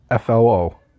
FLO